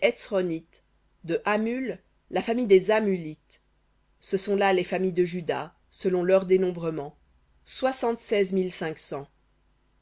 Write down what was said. de hamul la famille des hamulites ce sont là les familles de juda selon leur dénombrement